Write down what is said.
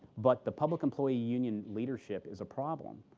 but the public employee union leadership is a problem.